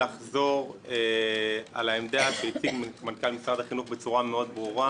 לחזור על העמדה שהציג מנכ"ל משרד החינוך בצורה מאוד ברורה: